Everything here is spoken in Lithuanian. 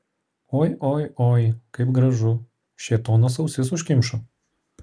oi oi oi kaip gražu šėtonas ausis užkimšo